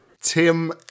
Tim